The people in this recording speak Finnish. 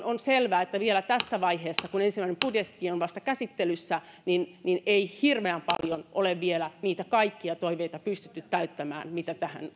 on selvää että vielä tässä vaiheessa kun ensimmäinen budjetti on vasta käsittelyssä ei hirveän paljon ole vielä niitä kaikkia toiveita pystytty täyttämään mitä tähän